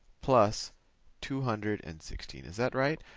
plus two hundred and sixteen, is that right?